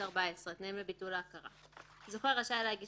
תנאים לביטול הכרה 69ב14. זוכה רשאי להגיש